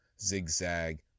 zigzag